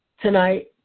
tonight